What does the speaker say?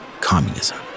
communism